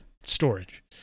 storage